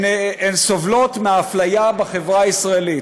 אבל עד היום הן סובלות מאפליה בחברה הישראלית,